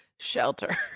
shelter